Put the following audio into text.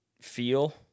feel